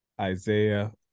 Isaiah